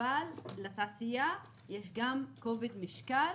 אבל לתעשייה יש גם כובד משקל